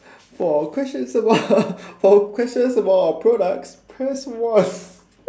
for questions about for questions about our products press one